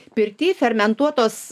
pirty fermentuotos